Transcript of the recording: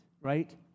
right